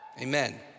Amen